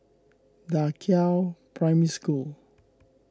Da Qiao Primary School